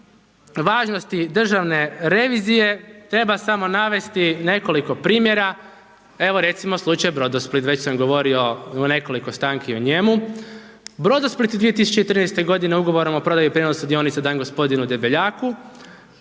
važnosti državne revizije treba samo navesti nekoliko primjera, evo recimo slučaj Brodosplit, već sam govorio u nekoliko stanki o njemu, Brodosplit 2014. godine ugovorom o prodaji prijenosa dionica dan gospodinu Debeljaku,